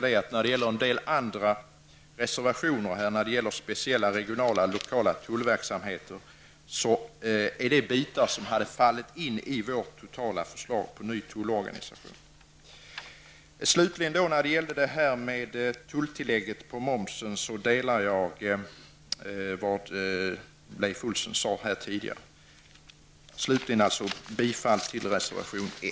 Det som föreslås i andra reservationer om speciella regionala och lokala tullverksamheter är bitar som faller in i vårt totala förslag när det gäller tullorganisationen. Slutligen vill jag säga att jag i fråga om tulltillägget på momsen instämmer i vad Leif Olsson sade tidigare.